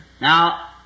Now